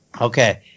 Okay